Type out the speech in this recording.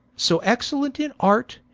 so excellent in art,